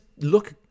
look